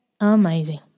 Amazing